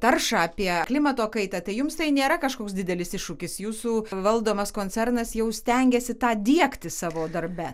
taršą apie klimato kaitą tai jums tai nėra kažkoks didelis iššūkis jūsų valdomas koncernas jau stengiasi tą diegti savo darbe